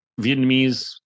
Vietnamese